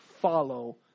follow